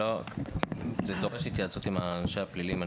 זה דורש התייעצות עם אנשי הפלילים,